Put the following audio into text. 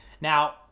now